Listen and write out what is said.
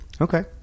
Okay